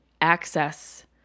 access